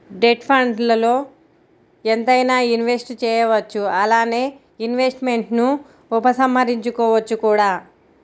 debt ఫండ్స్ల్లో ఎంతైనా invest చేయవచ్చు అలానే ఇన్వెస్ట్మెంట్స్ను ఉపసంహరించుకోవచ్చు కూడా